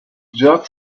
jerk